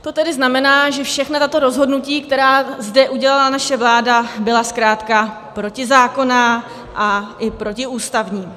To tedy znamená, že všechna tato rozhodnutí, která zde udělala naše vláda, byla zkrátka protizákonná i protiústavní.